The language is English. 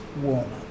woman